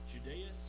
Judea